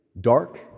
dark